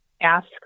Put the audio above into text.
ask